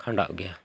ᱠᱷᱟᱸᱰᱟᱜ ᱜᱮᱭᱟ